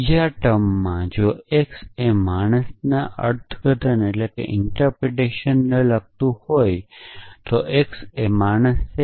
બીજા ટર્મમાં જો x એ માણસના અર્થઘટનને લગતું હોય તો x એ માણસ છે